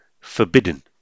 Forbidden